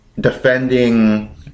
defending